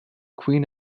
queen